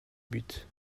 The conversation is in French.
but